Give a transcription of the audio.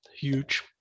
huge